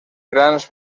grans